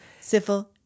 Syphil